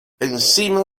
encima